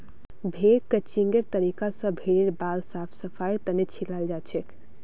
भेड़ क्रचिंगेर तरीका स भेड़ेर बाल साफ सफाईर तने छिलाल जाछेक